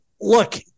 Look